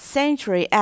Century